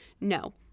no